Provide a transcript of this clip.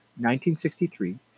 1963